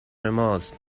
ماست